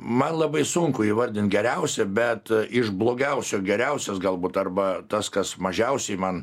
man labai sunku įvardint geriausią bet iš blogiausių geriausias galbūt arba tas kas mažiausiai man